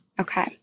Okay